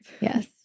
yes